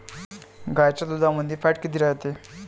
गाईच्या दुधामंदी फॅट किती रायते?